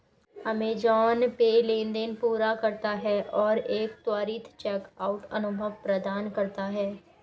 Amazon pay लेनदेन पूरा करता है और एक त्वरित चेकआउट अनुभव प्रदान करता है